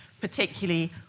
particularly